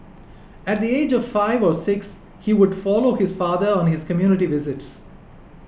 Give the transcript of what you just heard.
at the age of five or six he would follow his father on his community visits